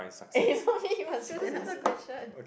eh not me you must choose another question